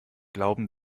glauben